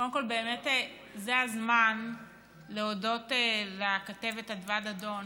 קודם כול, זה הזמן להודות לכתבת אדוה דדון